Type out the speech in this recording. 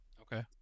okay